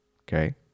Okay